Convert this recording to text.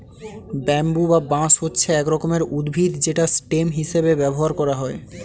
bamboo বা বাঁশ হচ্ছে এক রকমের উদ্ভিদ যেটা স্টেম হিসেবে ব্যবহার করা হয়